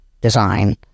design